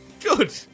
Good